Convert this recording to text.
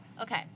Okay